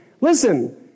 Listen